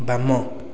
ବାମ